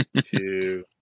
two